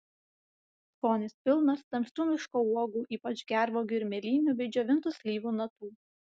skonis pilnas tamsių miško uogų ypač gervuogių ir mėlynių bei džiovintų slyvų natų